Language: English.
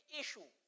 issue